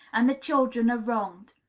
and the children are wronged.